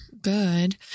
good